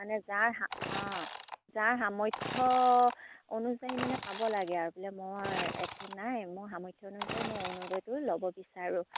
মানে যাৰ সা অঁ যাৰ সামৰ্থ্য অনুযায়ী মানে পাব লাগে আৰু বোলে মই একো নাই মোৰ সামৰ্থ্য অনুযায়ী মই অৰুণোদয়টো ল'ব বিচাৰোঁ